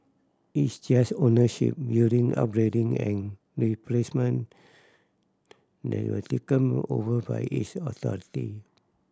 it's just ownership building upgrading and replacement that will taken over by its authority